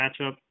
matchup